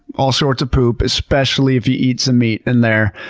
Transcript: all sorts of poop. especially if you eat some meat in there.